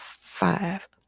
five